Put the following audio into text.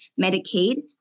Medicaid